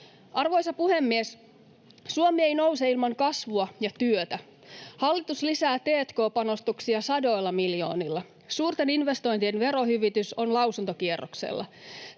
Arvoisa puhemies! Suomi ei nouse ilman kasvua ja työtä. Hallitus lisää t&k-panostuksia sadoilla miljoonilla. Suurten investointien verohyvitys on lausuntokierroksella.